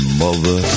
mother